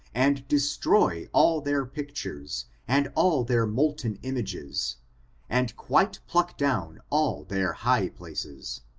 and destroy all their pictures, and all their molten images and quite pluck down all their high places.